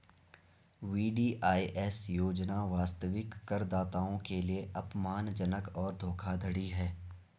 VDIS योजना वास्तविक करदाताओं के लिए अपमानजनक और धोखाधड़ी है